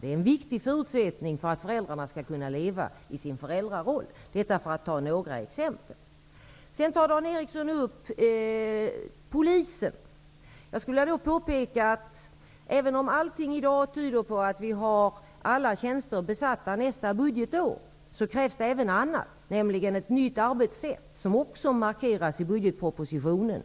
Det är en viktig förutsättning för att föräldrarna skall kunna leva i sin föräldraroll. Detta var några exempel. Dan Ericsson tar också upp polisen. Även om allting i dag tyder på att alla tjänster kommer att vara besatta nästa budgetår, krävs också något annat, nämligen ett nytt arbetssätt, vilket också markeras i budgetpropositionen.